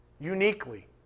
uniquely